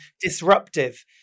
disruptive